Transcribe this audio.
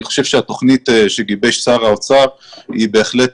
אני חושב שהתוכנית שגיבש שר האוצר היא בהחלט